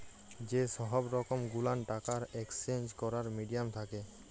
যে সহব রকম গুলান টাকার একেসচেঞ্জ ক্যরার মিডিয়াম থ্যাকে